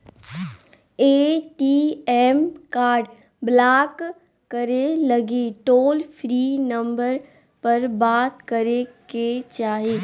ATM card block करे लगी toll free number पर बात करे के चाही